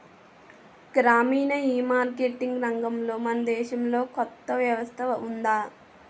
గ్రామీణ ఈమార్కెటింగ్ రంగంలో మన దేశంలో కొత్త వ్యవస్థ ఉందా?